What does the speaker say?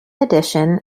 addition